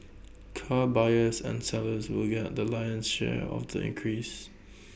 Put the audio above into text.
car buyers and sellers will get the lion's share of the increase